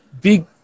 big